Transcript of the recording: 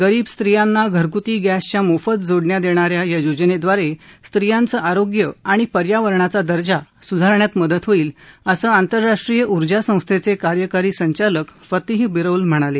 गरीब स्त्रियांना घरगुती गॅसच्या मोफत जोडण्या देणा या या योजनेद्वारे स्त्रियांचं आरोग्य आणि पर्यावरणाचा दर्जा सुधारण्यात मदत होईल असं आंतरराष्ट्रीय उर्जा संस्थेचे कार्यकारी संचालक फतिह बिरोल म्हणाले